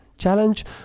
challenge